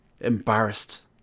Embarrassed